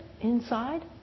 inside